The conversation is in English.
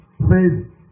says